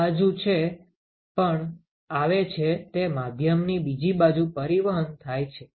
આ બાજુ જે પણ આવે છે તે માધ્યમની બીજી બાજુ પરિવહન થાય છે